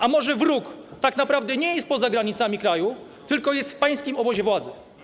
A może wróg tak naprawdę nie jest poza granicami kraju, tylko jest w pańskim obozie władzy?